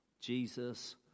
Jesus